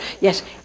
Yes